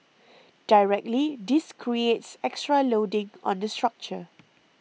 directly this creates extra loading on the structure